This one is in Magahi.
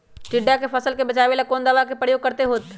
टिड्डा से फसल के बचावेला कौन दावा के प्रयोग करके होतै?